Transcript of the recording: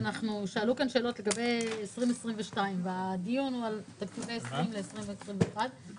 שאלו כאן שאלות לגבי 2022 והדיון הוא על תקציבי 20' ל-20' ו-21'.